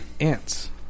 ants